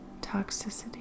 toxicity